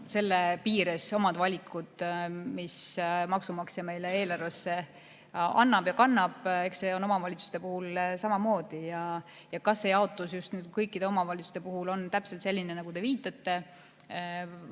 selle summa piires, mis maksumaksja meile eelarvesse annab, eks see on omavalitsuste puhul samamoodi. Ja kas see jaotus kõikide omavalitsuste puhul on täpselt selline, nagu te viitate?